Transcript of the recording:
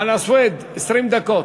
חנא סוייד, 20 דקות.